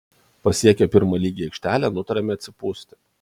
pasiekę pirmą lygią aikštelę nutarėme atsipūsti